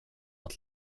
att